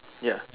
ya